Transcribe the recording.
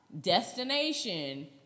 destination